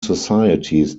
societies